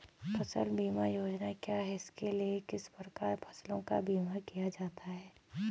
फ़सल बीमा योजना क्या है इसके लिए किस प्रकार फसलों का बीमा किया जाता है?